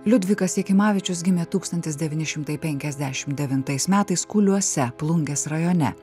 liudvikas jakimavičius gimė tūkstantis devyni šimtai penkiasdešimt devintais metais kuliuose plungės rajone